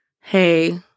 Hey